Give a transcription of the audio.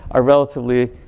are relatively